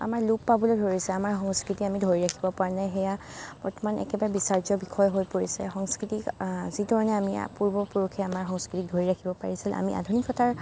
আমাৰ লোপ পাবলৈ ধৰিছে আমাৰ সংস্কৃতি আমি ধৰি ৰাখিব পৰা নাই সেয়া বৰ্তমান একেবাৰে বিচাৰ্য্য বিষয় হৈ পৰিছে সংস্কৃতিক যিধৰণে আমি পূৰ্বপুৰুষে আমাৰ সংস্কৃতিক ধৰি ৰাখিব পাৰিছিল আমি আধুনিকতাৰ